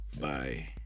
Bye